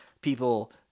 people